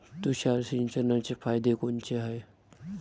तुषार सिंचनाचे फायदे कोनचे हाये?